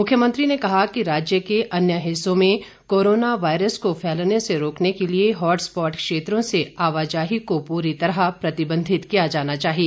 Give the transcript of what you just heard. मुख्यमंत्री ने कहा कि राज्य के अन्य हिस्सों में कोरोना वायरस को फैलने से रोकने के लिये हॉटस्पॉट क्षेत्रों से आवाजाही को पूरी तरह प्रतिबंधित किया जाना चाहिए